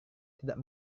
tidak